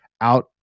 out